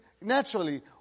Naturally